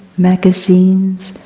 magazines,